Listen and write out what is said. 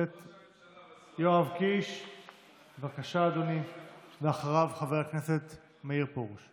אך ראו זה פלא, לא אותה משטרה ולא אותו בג"ץ.